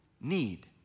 Need